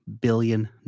billion